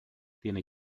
tiene